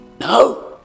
No